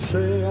Say